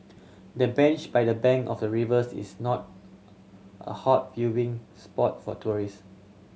the bench by the bank of the rivers is not a hot viewing spot for tourist